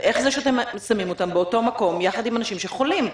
ואיך זה שאתם שמים אותם באותו מקום יחד עם אנשים שחולים?